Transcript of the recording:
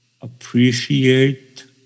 appreciate